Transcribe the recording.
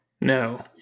No